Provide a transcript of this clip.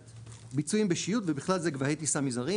ביצועים בשיוט ובכלל זה גבהי טיסה מזעריים